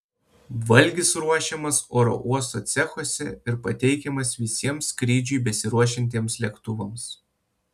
valgis ruošiamas oro uosto cechuose ir pateikiamas visiems skrydžiui besiruošiantiems lėktuvams